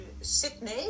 Sydney